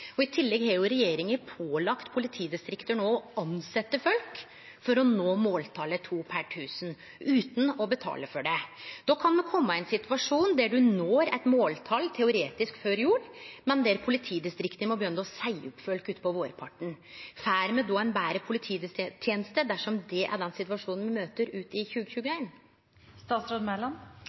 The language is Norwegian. I tillegg har regjeringa no pålagt politidistrikt å tilsetje folk for å nå måltalet to per tusen, utan å betale for det. Då kan me kome i ein situasjon der ein teoretisk når eit måltal før jul, men der politidistrikta må begynne å seie opp folk utpå vårparten. Får me ei betre polititeneste dersom det er den situasjonen me møter ut i